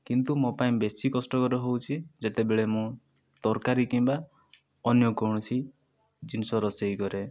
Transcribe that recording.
କିନ୍ତୁ ମୋ ପାଇଁ ବେଶି କଷ୍ଟକର ହେଉଛି ଯେତେବେଳେ ମୁଁ ତରକାରୀ କିମ୍ବା ଅନ୍ୟ କୋଣସି ଜିନିଷ ରୋଷେଇ କରେ